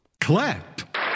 Clap